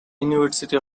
university